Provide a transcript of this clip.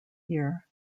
year